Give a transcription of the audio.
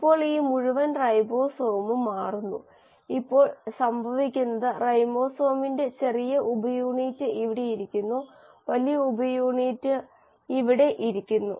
ഇപ്പോൾ ഈ മുഴുവൻ റൈബോസോമും മാറുന്നു ഇപ്പോൾ സംഭവിക്കുന്നത് റൈബോസോമിന്റെ ചെറിയ ഉപയൂണിറ്റ് ഇവിടെ ഇരിക്കുന്നു വലിയ ഉപയൂണിറ്റ് ഇവിടെ ഇരിക്കുന്നു